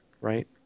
right